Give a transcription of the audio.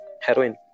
heroin